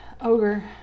Ogre